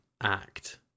act